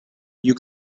you